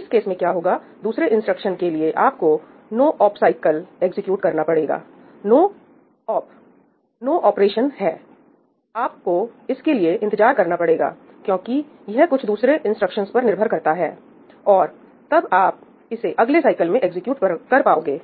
इस केस में क्या होगा दूसरे इंस्ट्रक्शन के लिए आपको NO OP साइकल एग्जीक्यूट करना पड़ेगा नो ओप नो ऑपरेशन है आपको इसके लिए इंतजार करना पड़ेगा क्योंकि यह कुछ दूसरे इंस्ट्रक्शंस पर निर्भर करता है और तब आप इसे अगले साइकिल में एग्जीक्यूट कर पाओगे